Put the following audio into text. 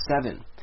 seven